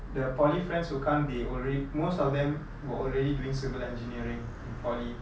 the poly friends who come they alre~ most of them were already doing civil engineering in poly